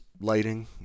lighting